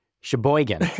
Sheboygan